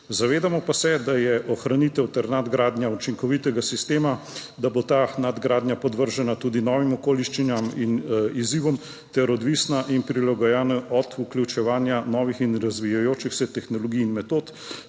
Zavedamo pa se, da bosta ohranitev ter nadgradnja učinkovitega sistema podvrženi tudi novim okoliščinam in izzivom ter odvisni in prilagojeni od vključevanja novih in razvijajočih se tehnologij in metod,